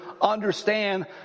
understand